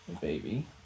baby